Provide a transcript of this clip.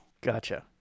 Gotcha